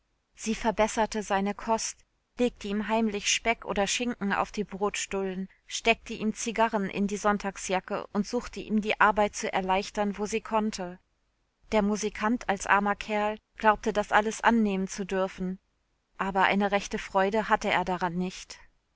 sie verbesserte seine kost legte ihm heimlich speck oder schinken auf die brotstullen steckte ihm zigarren in die sonntagsjacke und suchte ihm die arbeit zu erleichtern wo sie konnte der musikant als armer kerl glaubte das alles annehmen zu dürfen aber eine rechte freude hatte er daran nicht